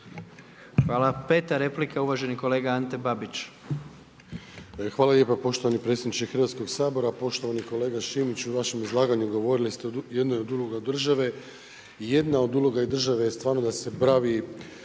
Hvala. Peta replika, uvaženi kolega Ante Babić. **Babić, Ante (HDZ)** Hvala lijepa poštovani predsjedniče Hrvatskog sabora. Poštovani kolega Šimiću, u vašem izlaganju govorili ste o jednoj od uloga države, jedna uloga od države ustvari da se bavi